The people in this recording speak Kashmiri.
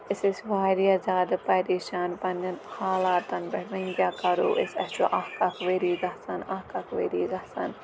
أسۍ ٲسۍ واریاہ زیادٕ پریشان پنٛنٮ۪ن حالاتَن پٮ۪ٹھ وۄنۍ کیٛاہ کَرو أسۍ اَسہِ چھُ اَکھ اَکھ ؤری گژھان اَکھ اَکھ ؤری گژھان